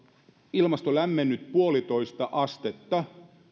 ilmasto lämmennyt yksi pilkku viisi astetta